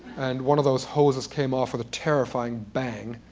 and one of those hoses came off with a terrifying bang,